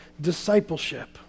discipleship